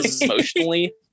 emotionally